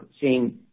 seeing